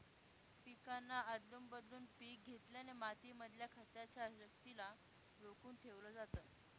पिकांना आदलून बदलून पिक घेतल्याने माती मधल्या खताच्या शक्तिला रोखून ठेवलं जातं